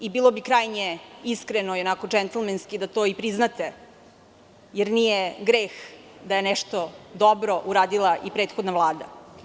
Bilo bi krajnje iskreno i onako džentlmenski da to i priznate, jer nije greh da je nešto dobro uradila i prethodna Vlada.